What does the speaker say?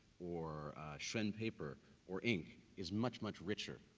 or shrink paper or ink is much, much richer.